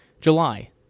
July